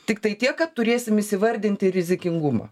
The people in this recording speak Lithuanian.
tiktai tiek kad turėsim įsivardinti rizikingumą